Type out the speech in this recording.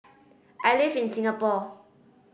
I live in Singapore